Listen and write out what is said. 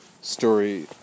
story